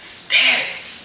steps